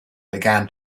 began